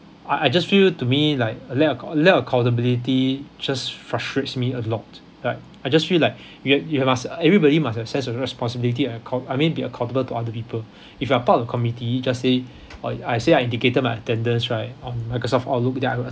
I I just feel to me like a lack of a lack of accountability just frustrates me a lot like I just feel like you have you have must everybody must sense of responsibility and account I mean be accountable to other people if you are part of the committee just say I say I indicated my attendance right on microsoft outlook then I will attend